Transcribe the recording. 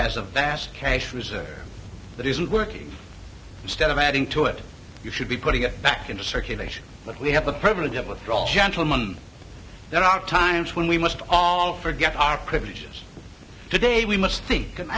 has a vast cash reserve that isn't working instead of adding to it you should be putting it back into circulation but we have the privilege of withdrawal gentlemen there are times when we must all forget our privileges today we must think an